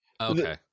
Okay